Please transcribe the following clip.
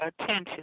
attention